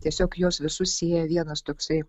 tiesiog juos visus sieja vienas toksai